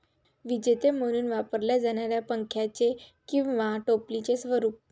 विजेते म्हणून वापरल्या जाणाऱ्या पंख्याचे किंवा टोपलीचे स्वरूप